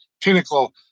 pinnacle